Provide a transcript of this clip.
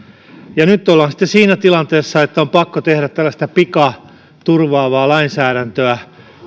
nyt ollaan sitten siinä tilanteessa että on pakko tehdä tällaista pikaturvaavaa lainsäädäntöä